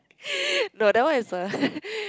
no that one is a